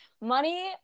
Money